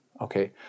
Okay